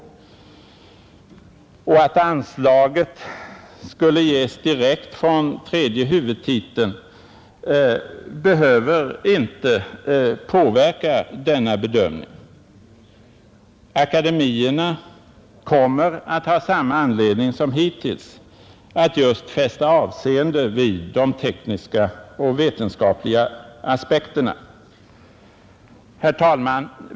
Att anslaget skulle ges direkt från tredje huvudtiteln behöver inte påverka denna bedömning. Akademierna kommer att ha samma anledning som hittills att fästa avseende vid just de tekniska och vetenskapliga aspekterna. Herr talman!